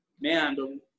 man